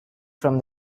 from